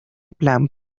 plan